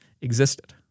existed